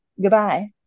Goodbye